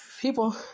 people